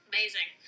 Amazing